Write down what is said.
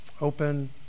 open